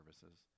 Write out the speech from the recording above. Services